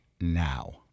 now